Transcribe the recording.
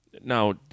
now